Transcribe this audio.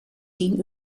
tien